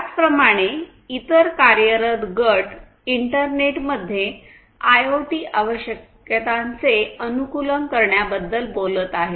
त्याचप्रमाणे इतर कार्यरत गट इंटरनेटमध्ये आयओटी आवश्यकतांचे अनुकूलन करण्याबद्दल बोलत आहेत